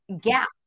gap